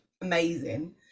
amazing